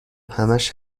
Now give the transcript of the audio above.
همش